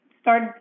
start